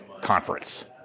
conference